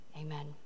Amen